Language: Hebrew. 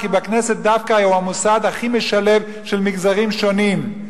כי הכנסת דווקא היום היא המוסד הכי משלב של מגזרים שונים,